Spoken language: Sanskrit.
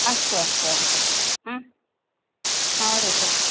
अस्तु अस्तु अस्तु हा वदतु